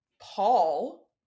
Paul